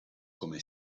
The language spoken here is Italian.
come